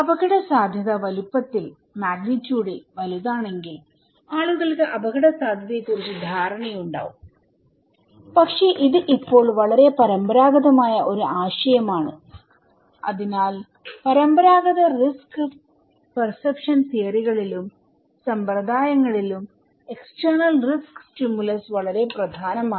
അപകടസാധ്യത വലുപ്പത്തിൽ മാഗ്നിട്യൂഡിൽ വലുതാണെങ്കിൽ ആളുകൾക്ക് അപകടസാധ്യതയെ കുറിച്ച് ധാരണയുണ്ടാവും പക്ഷേ ഇത് ഇപ്പോൾ വളരെ പരമ്പരാഗതമായ ഒരു ആശയമാണ് അതിനാൽ പരമ്പരാഗത റിസ്ക് പെർസെപ്ഷൻ തിയറികളിലും സമ്പ്രദായങ്ങളിലും എക്സ്റ്റേർണൽ റിസ്ക് സ്റ്റിമുലസ് വളരെ പ്രധാനമാണ്